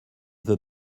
veux